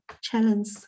challenge